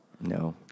No